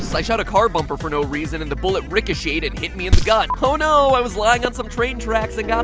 so i shot a car bumper for no reason and the bullet ricocheted and hit me in the gut oh, no! i was lying on some train tracks and got